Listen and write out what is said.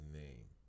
name